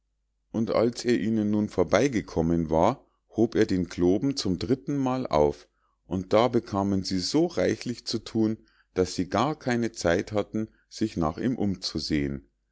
und als er ihnen nun vorbeigekommen war hob er den kloben zum dritten mal auf und da bekamen sie so reichlich zu thun daß sie gar keine zeit hatten sich nach ihm umzusehen